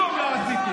כלום לא עשיתם.